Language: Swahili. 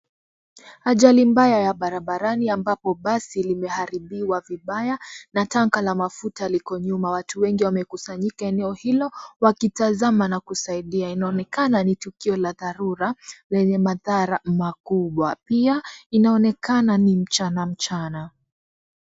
Ajali mbaya ya barabarani ambapo basi limeharibiwa vibaya na tanka la mafuta liko nyuma watu wengi wamekusanyika eneo hilo wakitazama na kusaidia inaonekana ni tukio la dharura lenye madhara makubwa pia inaonekana ni mchana mchana.